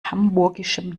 hamburgischem